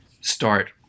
start